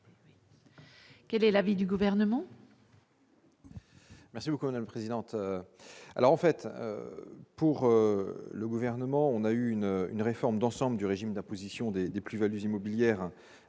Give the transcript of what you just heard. Quel est l'avis du gouvernement.